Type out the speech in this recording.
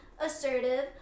assertive